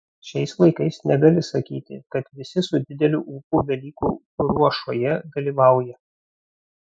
šiais laikais negali sakyti kad visi su dideliu ūpu velykų ruošoje dalyvauja